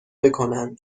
بکنند